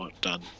done